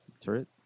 Turret